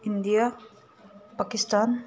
India Pakistan